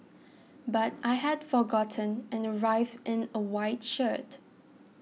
but I had forgotten and arrived in a white shirt